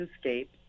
escape